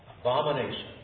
abomination